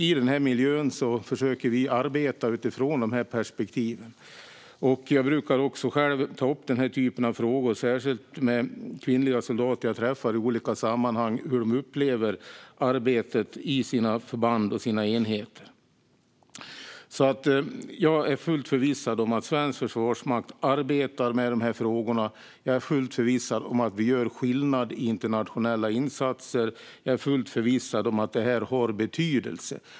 I den miljön försöker vi arbeta utifrån dessa perspektiv. Jag brukar själv ta upp den typen av frågor, särskilt med kvinnliga soldater jag träffar i olika sammanhang - hur de upplever arbetet i sina förband och enheter. Jag är fullt förvissad om att svensk försvarsmakt arbetar med frågorna, jag är fullt förvissad om att vi gör skillnad i internationella insatser och jag är fullt förvissad om att arbetet betyder något.